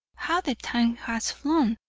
how the time has flown!